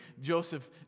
Joseph